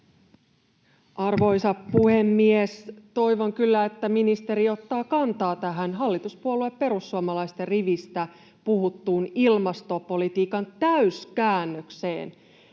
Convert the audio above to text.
Arvoisa puhemies! Toivon kyllä, että ministeri ottaa kantaa tähän hallituspuolue perussuomalaisten rivistä puhuttuun ilmastopolitiikan täyskäännökseen.